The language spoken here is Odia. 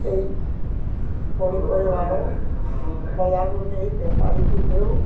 ସେଇ ପନିପରିବାର ବଜାରକୁ ନେଇ ବେପାରୀକୁ ଦେଉ